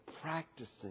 practicing